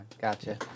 gotcha